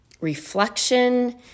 reflection